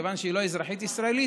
כיון שהיא לא אזרחית ישראלית,